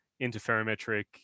interferometric